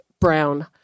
brown